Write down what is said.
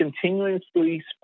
continuously